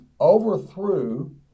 overthrew